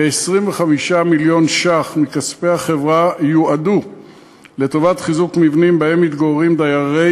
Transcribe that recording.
כ-25 מיליון ש"ח מכספי החברה יועדו לחיזוק מבנים שבהם מתגוררים דיירי